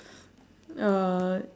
uh